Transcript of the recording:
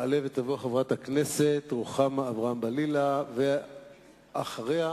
תעלה ותבוא חברת הכנסת רוחמה אברהם-בלילא, ואחריה,